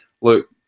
look